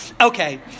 okay